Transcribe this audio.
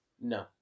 No